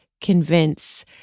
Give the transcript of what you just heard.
convince